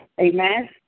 Amen